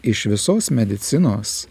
iš visos medicinos